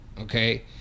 okay